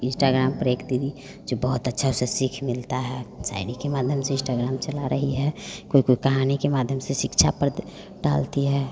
Instagram पर एक तिरी जो बहुत अच्छा उसे सीख मिलता है शायरी के माध्यम से इस्टाग्राम चला रही है कोई कोई कहानी के माध्यम से शिक्षाप्रद डालती है